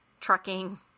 trucking